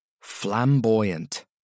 Flamboyant